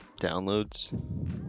downloads